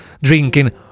Drinking